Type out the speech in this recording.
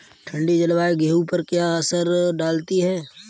ठंडी जलवायु गेहूँ पर क्या असर डालती है?